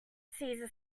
cesar